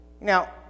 Now